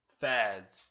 fads